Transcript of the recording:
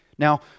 Now